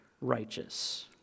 righteous